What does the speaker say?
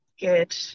Good